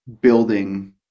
building